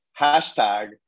hashtag